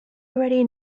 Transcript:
already